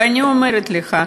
ואני אומרת לך,